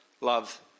love